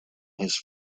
his